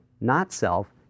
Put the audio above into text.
not-self